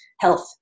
Health